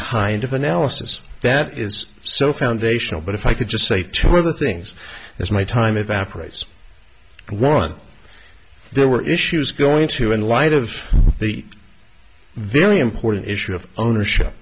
kind of analysis that is so foundational but if i could just say two other things as my time evaporates one there were issues going to in light of the very important issue of ownership